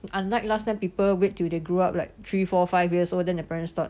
unlike last time people wait till they grew up like three four five years old then the parents thought